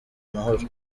mahoro